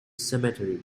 cemetery